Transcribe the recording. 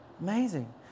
Amazing